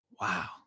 Wow